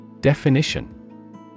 Definition